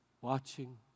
watching